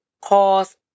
cause